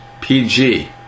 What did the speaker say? PG